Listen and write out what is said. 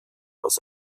aus